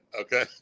Okay